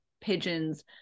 pigeons